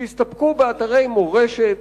שיסתפקו באתרי מורשת,